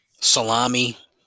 salami